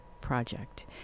Project